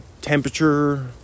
temperature